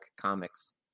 comics